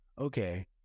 Okay